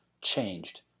changed